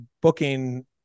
booking